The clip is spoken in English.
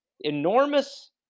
enormous